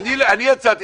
אני האוצר,